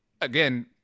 Again